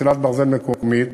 מסילת ברזל מקומית),